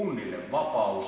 on